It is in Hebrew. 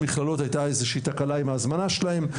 הייתה תקלה עם ההזמנה של ועד ראשי המכללות.